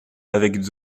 avec